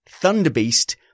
Thunderbeast